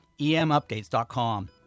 emupdates.com